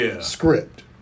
script